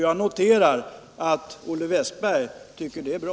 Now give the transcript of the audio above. Jag noterar att Olle Wästberg tycker att det är bra.